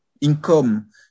income